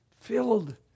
filled